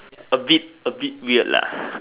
A bit a bit weird lah